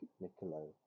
Niccolo